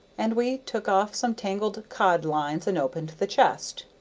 and we took off some tangled cod-lines and opened the chest.